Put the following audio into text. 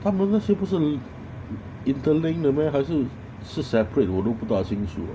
他们那些不是 interlinked 的 meh 还是是 separate 我都不大清楚